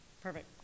Perfect